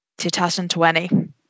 2020